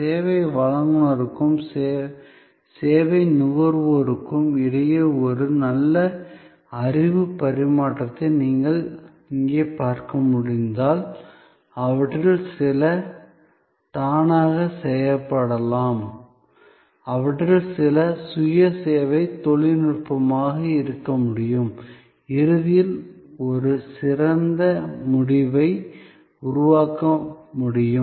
சேவை வழங்குநருக்கும் சேவை நுகர்வோருக்கும் இடையே ஒரு நல்ல அறிவுப் பரிமாற்றத்தை நீங்கள் இங்கே பார்க்க முடிந்தால் அவற்றில் சில தானாக செய்யப்படலாம் அவற்றில் சில சுய சேவை தொழில்நுட்பமாக இருக்க முடியும் இறுதியில் ஒரு சிறந்த முடிவை உருவாக்க முடியும்